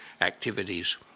activities